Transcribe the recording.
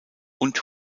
und